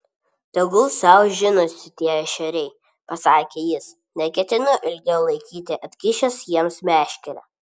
tegul sau žinosi tie ešeriai pasakė jis neketinu ilgiau laikyti atkišęs jiems meškerę